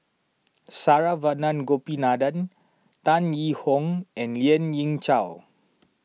Saravanan Gopinathan Tan Yee Hong and Lien Ying Chow